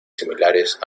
similares